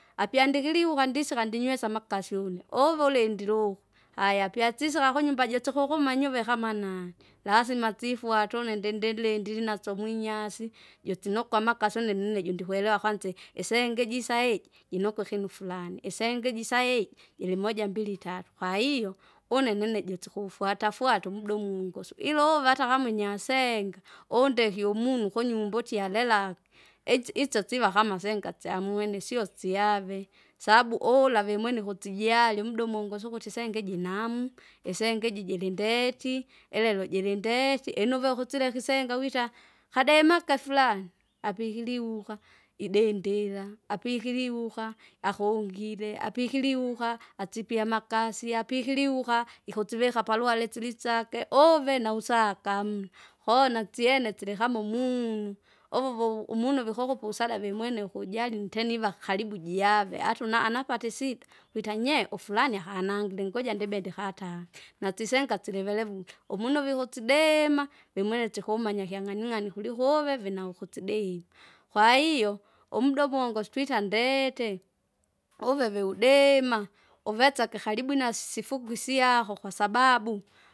Apyandiliwuka ndisika ndinywesa amaksi une, uvulindile ughu, aya apyasisye akakunyumba jitsikukumanya uve kama naani, lazima tsifwate une ndindindili ndilinasyo umwinyasi, jutsinukwa amakasi une nine ndujikwelewa akanzi. Isingi jisaiji, jinuku ikinu furani jinuku ikinu furani. Isingi jisaiji, jili moja mbili tatu, kwahiyo, une nine jitsikufwata fwata umuda umungosu ilova atakama unyasenga, undekie umunu kunyumba utie alelake, itsiitso siva kama senga tsamwini syosyave, sabu ula vimwene ukutsijali umuda umungiusu ukutesnga ijinamu, isenga iji jilindeti, elelo jilindeti inuve kusileka isenga wita, kademake furani, apikiliwuka idindile, apikiliwuka, akungile, apikiliwuka atsipie amakasi apikiliwuka ikutsivika paluhala itsilisake uve nausaka amuna. Koo natsyene silikama umunu, uvu- vo- umunu vikukupa usada vimwene ukujali nteniva karibu jave atauna anapata isida, wita nyee ufurani akanangile ngoja ndibe ndikatake. Natsisenga silivevule, umunu vikutsidee vimwene tsikumanya kyang'aning'ani kulikuveve naukusideima. Kwahiyo, umuda umungi usu- twita ndete, uveve udema, uvetsaka karibu nasifusiaho kwasababu.